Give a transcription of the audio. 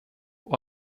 och